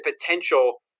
potential